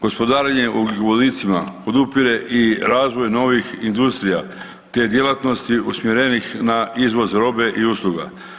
Gospodarenje ugljikovodicima podupire i razvoj novih industrija te djelatnosti usmjerenih na izvoz robe i usluga.